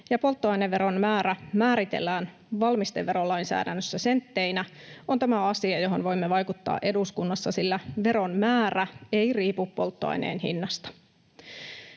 ja polttoaineveron määrä määritellään valmisteverolainsäädännössä sentteinä, on tämä asia, johon voimme vaikuttaa eduskunnassa, sillä veron määrä ei riipu polttoaineen hinnasta.